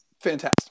fantastic